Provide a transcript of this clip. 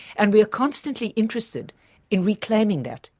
and we're constantly interested in reclaiming that,